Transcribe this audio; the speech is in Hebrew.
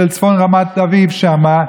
של צפון רמת אביב שם,